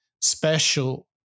special